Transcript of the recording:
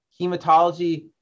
hematology